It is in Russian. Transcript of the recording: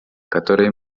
которые